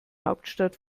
hauptstadt